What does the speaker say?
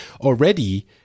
already